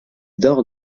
dort